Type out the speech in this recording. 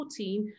2014